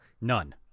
None